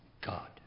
God